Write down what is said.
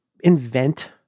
invent